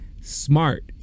smart